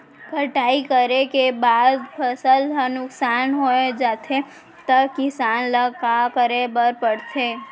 कटाई करे के बाद फसल ह नुकसान हो जाथे त किसान ल का करे बर पढ़थे?